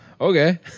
okay